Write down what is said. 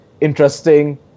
interesting